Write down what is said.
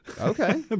okay